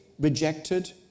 rejected